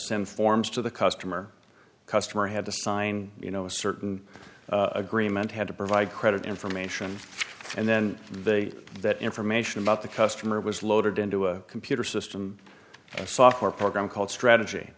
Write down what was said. send forms to the customer customer had to sign you know a certain agreement had to provide credit information and then they that information about the customer was loaded into a computer system a software program called strategy